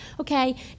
Okay